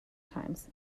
times